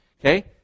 okay